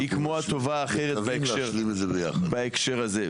אנחנו סומכים על יושב-ראש הוועדה שיעשה ככל הניתן שזה יעבור.